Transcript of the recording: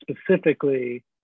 specifically